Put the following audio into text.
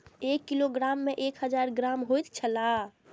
एक किलोग्राम में एक हजार ग्राम होयत छला